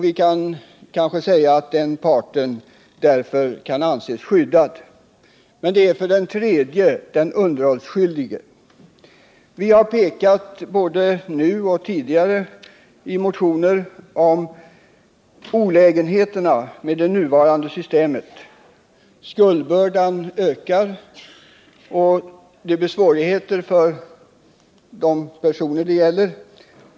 Vi kanske kan säga att den parten därför kan anses skyddad. Men så är det den underhållsskyldige. Vi har både tidigare och nu i motioner påpekat olägenheterna med det nuvarande systemet. Skuldbördan ökar, och det blir svårigheter för de personer det gäller.